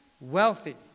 wealthy